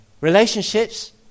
Relationships